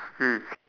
mm